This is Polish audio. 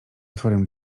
otworem